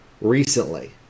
recently